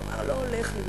ואמר: לא הולך לי,